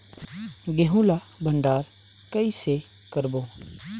गेहूं ला भंडार कई से करबो?